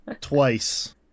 twice